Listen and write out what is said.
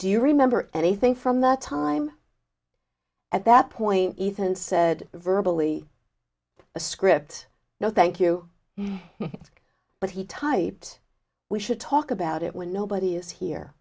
do you remember anything from the time at that point ethan said verbal e a script no thank you but he typed we should talk about it when nobody is here